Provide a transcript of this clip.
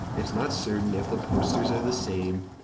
it's not certain if the posters are the same.